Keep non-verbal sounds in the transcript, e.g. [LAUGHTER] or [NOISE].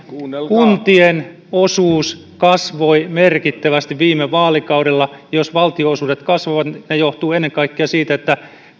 [UNINTELLIGIBLE] kuunnelkaa kuntien osuus kasvoi merkittävästi viime vaalikaudella jos valtionosuudet kasvavat se johtuu ennen kaikkea siitä että